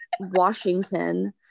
washington